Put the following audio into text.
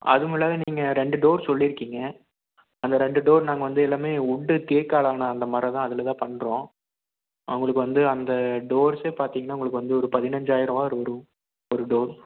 அதுவுமில்லாது நீங்கள் ரெண்டு டோர் சொல்லியிருக்கீங்க அந்த ரெண்டு டோர் நாங்கள் வந்து எல்லாமே விட்டு தேக்காலான அந்த மரம் தான் அதில்தான் பண்ணுறோம் உங்களுக்கு அந்த டோர்ஸே பார்த்திங்கன்னா உங்களுக்கு வந்து ஒரு பதினஞ்சாயிரமாவது வரும் ஒரு டோர்